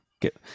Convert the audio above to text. get